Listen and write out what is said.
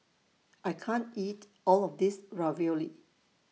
I can't eat All of This Ravioli